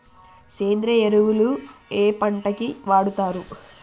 సేంద్రీయ ఎరువులు ఏ పంట కి వాడుతరు?